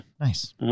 Nice